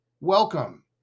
Welcome